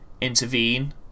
intervene